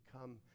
come